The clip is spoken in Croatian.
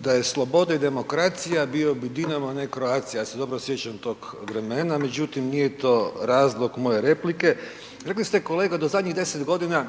Da je slobode i demokracija bio bi Dinamo, ne Croatia, ja se dobro sjećam tog vremena, međutim nije to razlog moje replike. Rekli ste kolega da zadnjih 10 godina